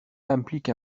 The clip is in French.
implique